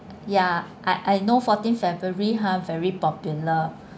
ya I I know fourteen february ha very popular